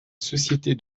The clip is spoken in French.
société